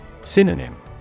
Synonym